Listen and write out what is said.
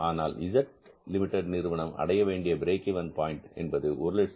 ஆனால் Z limited நிறுவனம் அடையவேண்டிய பிரேக் இவென் பாயின்ட் என்பது 105000